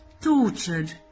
tortured